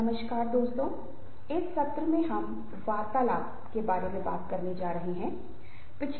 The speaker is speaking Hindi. हेलो दोस्तों पिछले सत्र में हमने सामान्य तरीके के संचार के बारे में बात की थी